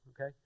okay